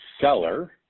seller